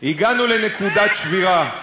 "הגענו לנקודת שבירה.